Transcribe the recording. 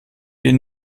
wir